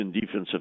defensive